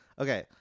Okay